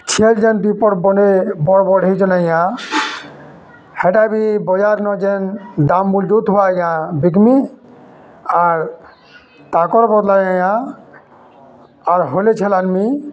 ଛେଲ୍ ଯେନ୍ ଦୁଇ ପଟ୍ ବନେ ବଡ଼୍ ବଡ଼୍ ହେଇଚନ୍ ଆଜ୍ଞା ହେଟା ବି ବଜାର୍ନ ଯେନ୍ ଦାମ୍ ମୁଜୁତ୍ ଯାଉଥିବା ଆଜ୍ଞା ବିକମି ଆର୍ ତାକର୍ ବଦଲେ ଆଜ୍ଞା ଆର୍ ହଲେ ଛେଲ୍ ଆନ୍ମି